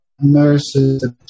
nurses